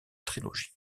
trilogie